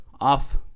off